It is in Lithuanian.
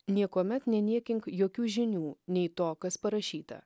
niekuomet neniekink jokių žinių nei to kas parašyta